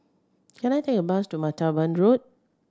can I take a bus to Martaban Road